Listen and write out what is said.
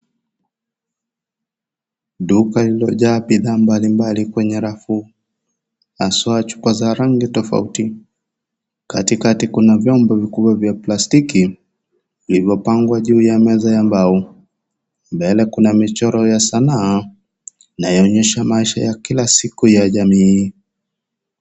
Duka lililojaa bidhaa mbalimbali kwenye rafu haswaa chupa za rangi tofauti zenye rangi tofauti katika kuna vyombo vikubwa vya plastiki vilivyopangwa juu ya meza ya mbao mbele kuna michoro ya sanaa inayonyesha maisha ya Kila siku ya jamii .